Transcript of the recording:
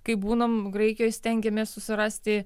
kai būnam graikijoj stengiamės susirasti